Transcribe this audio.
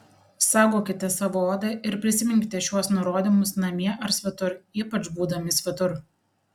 saugokite savo odą ir prisiminkite šiuos nurodymus namie ar svetur ypač būdami svetur